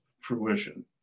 fruition